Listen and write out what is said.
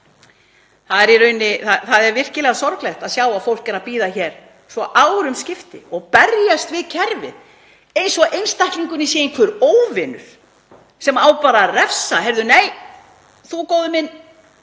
þá er virkilega sorglegt að sjá að fólk er að bíða hér svo árum skipti og berjast við kerfið eins og einstaklingurinn sé einhver óvinur sem á bara að refsa: Nei, góði minn,